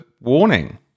warning